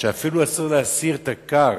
שאפילו אסור להסיר את הכר